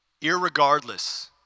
irregardless